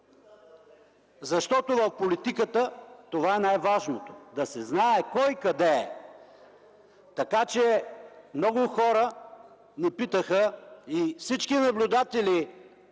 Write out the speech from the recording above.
Защото в политиката това е най-важното – да се знае кой къде е. Много хора ни питаха и всички наблюдатели